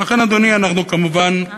ולכן אני אומר לך: א.